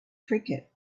cricket